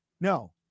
No